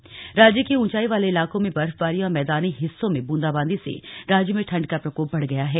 मौसम राज्य के ऊंचाई वाले इलाकों में बर्फबारी और मैदानी हिस्सों में ब्रंदाबांदी से राज्य में ठण्ड का प्रकोप बढ़ गया है